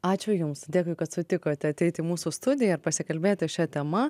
ačiū jums dėkui kad sutikote ateiti į mūsų studiją ir pasikalbėti šia tema